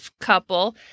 couple